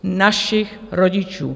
Našich rodičů.